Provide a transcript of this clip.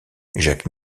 jacques